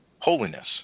holiness